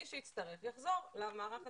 מי שיצטרך יחזור למערך הציבורי.